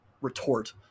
retort